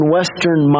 Western